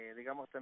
digamos